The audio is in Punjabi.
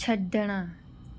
ਛੱਡਣਾ